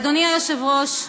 אדוני היושב-ראש,